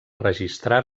registrar